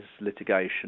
litigation